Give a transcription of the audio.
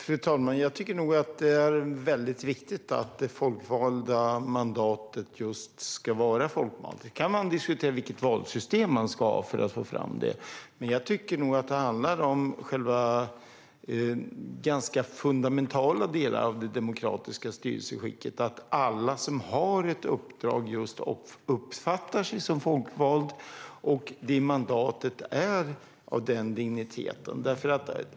Fru talman! Jag tycker att det är viktigt att det folkvalda mandatet är just folkvalt. Man kan diskutera vilket valsystem man ska ha för att få fram det, men jag tycker att det handlar om ganska fundamentala delar av det demokratiska styrelseskicket att alla som har ett uppdrag uppfattar sig som folkvalda och att deras mandat är av den digniteten.